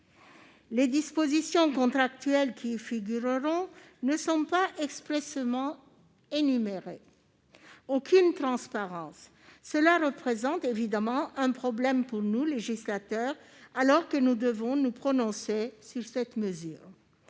Les dispositions contractuelles qui y figureront ne sont pas expressément énumérées. Aucune transparence ! Cela représente évidemment un problème pour nous, législateurs, alors que nous devons nous prononcer sur cette mesure.